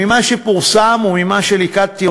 ממה שפורסם וממה שליקטתי,